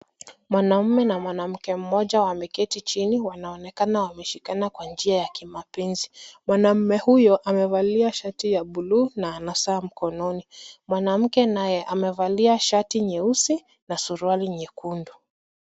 Mwanaume na mwanamke mmoja wameketi chini wanaonekana wameshikana kwa njia ya kimapenzi, mwanaume huyo amevalia shati ya buluu na anasaa mkononi, mwanamke naye amevalia shati nyeusi na suruali nyekundu.